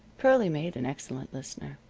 pearlie made an excellent listener.